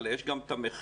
אלא יש גם את המכינות,